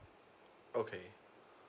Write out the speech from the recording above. okay